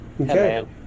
Okay